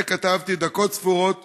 את זה כתבתי דקות ספורות